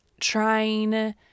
trying